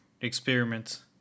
experiments